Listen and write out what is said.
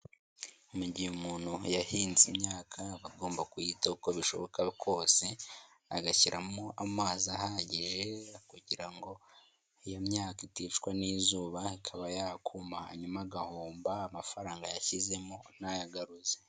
Mu gihe umuntu yahinze imyaka aba agomba kuyitaho uko bishoboka kose, agashyiramo amazi ahagije kugira ngo iyo myaka iticwa n'izuba ikaba yakuma hanyuma agahomba amafaranga yashyizemo ntayagaruze.